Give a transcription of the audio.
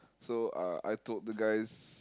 so uh I told the guys